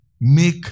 Make